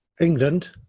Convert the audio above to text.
England